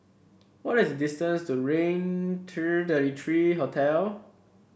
what is the distance to Raintr thirty three Hotel